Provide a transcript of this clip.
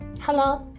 Hello